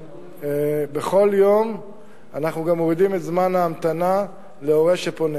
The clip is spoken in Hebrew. בכל יום אנחנו גם מורידים את זמן ההמתנה להורה שפונה.